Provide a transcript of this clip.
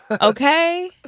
okay